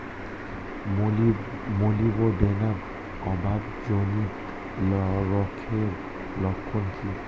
Molybdenum অভাবজনিত রোগের লক্ষণ কি কি?